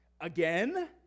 Again